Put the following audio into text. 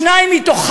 שניים מתוך